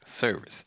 service